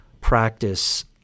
practice